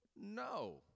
no